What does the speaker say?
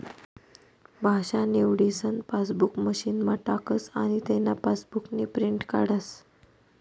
भाषा निवडीसन पासबुक मशीनमा टाकस आनी तेना पासबुकनी प्रिंट काढस